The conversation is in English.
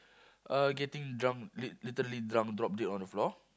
uh getting drunk lit literally drunk drop dead on the floor